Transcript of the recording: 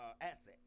assets